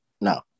No